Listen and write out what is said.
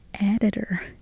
editor